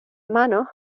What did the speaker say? manos